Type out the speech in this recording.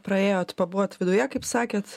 praėjot pabuvot viduje kaip sakėt